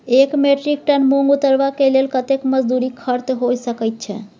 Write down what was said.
एक metric ton मूंग उतरबा के लेल कतेक मजदूरी खर्च होय सकेत छै?